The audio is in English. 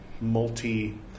multi